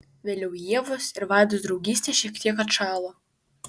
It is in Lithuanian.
vėliau ievos ir vaidos draugystė šiek tiek atšalo